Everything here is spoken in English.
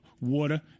water